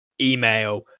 email